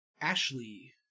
Ashley